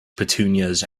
petunias